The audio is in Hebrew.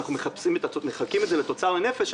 כשאנחנו מחלקים את זה לתוצר לנפש,